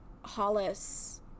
Hollis